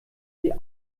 die